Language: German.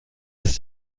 ist